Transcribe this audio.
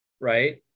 Right